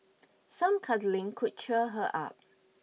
some cuddling could cheer her up